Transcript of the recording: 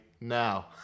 now